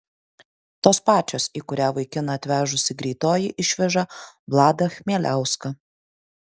tos pačios į kurią vaikiną atvežusi greitoji išveža vladą chmieliauską